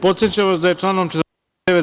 Podsećam vas da je članom 49.